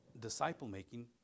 disciple-making